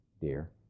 dear